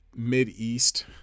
Mideast